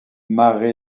mare